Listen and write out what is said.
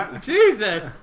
Jesus